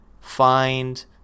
find